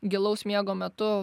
gilaus miego metu